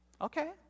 Okay